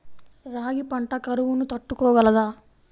రాగి పంట కరువును తట్టుకోగలదా?